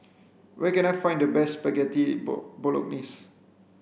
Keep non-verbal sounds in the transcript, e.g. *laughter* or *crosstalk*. where can I find the best Spaghetti *unintelligible* Bolognese